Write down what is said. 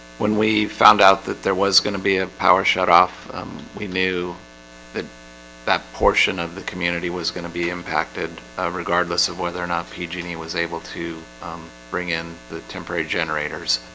when we found out that there was gonna be a power shut off we knew that that portion of the community was going to be impacted regardless of whether or not pg and e was able to bring in the temporary generators